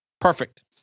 Perfect